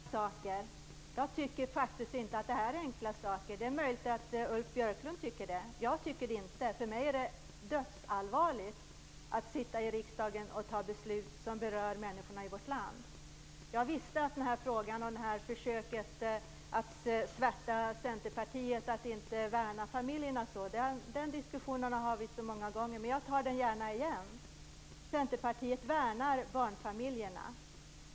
Fru talman! Jag tycker faktiskt inte att det här är enkla saker. Det är möjligt att Ulf Björklund tycker det. Jag tycker det inte. För mig är det dödsallvarligt att sitta i riksdagen och fatta beslut som berör människorna i vårt land. Jag visste att det här försöket att svärta Centerpartiet för att inte värna familjerna skulle komma. Den diskussionen har vi fört många gånger, men jag tar den gärna igen. Centerpartiet värnar barnfamiljerna.